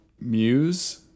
Muse